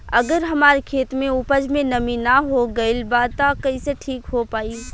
अगर हमार खेत में उपज में नमी न हो गइल बा त कइसे ठीक हो पाई?